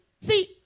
See